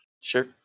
Sure